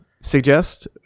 suggest